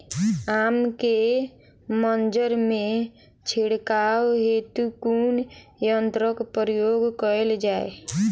आम केँ मंजर मे छिड़काव हेतु कुन यंत्रक प्रयोग कैल जाय?